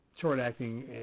short-acting